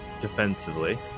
defensively